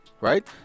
right